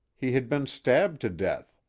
he had been stabbed to death.